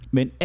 Men